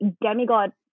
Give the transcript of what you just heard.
demigod